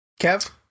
Kev